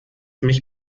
mich